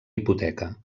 hipoteca